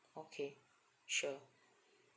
okay sure